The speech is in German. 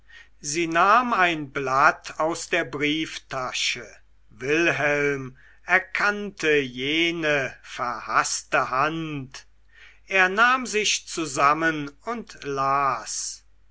sie nahm ein blatt aus der brieftasche wilhelm erkannte jene verhaßte hand er nahm sich zusammen und las